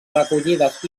recollides